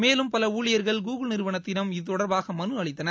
மேலும் பல ஊழியர்கள் கூகுள் நிறுவனத்திடம் இதுதொடர்பாக மனு அளித்தனர்